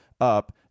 up